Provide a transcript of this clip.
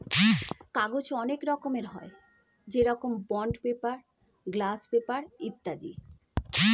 কাগজ অনেক রকমের হয়, যেরকম বন্ড পেপার, গ্লাস পেপার ইত্যাদি